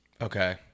Okay